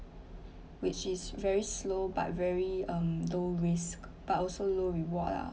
which is very slow but very um low risk but also low reward lah